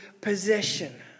possession